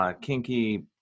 Kinky